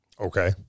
Okay